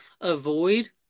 avoid